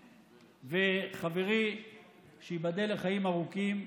חברי ניר אורבך, שייבדל לחיים ארוכים,